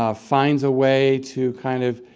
ah finds a way to kind of